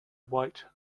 white